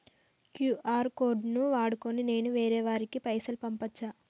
QR code ను వాడుకొని నేను వేరే వారికి పైసలు పంపచ్చా?